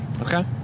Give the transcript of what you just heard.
Okay